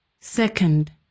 second